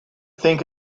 think